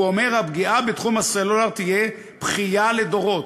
הוא אומר: הפגיעה בשוק הסלולר תהיה בכייה לדורות,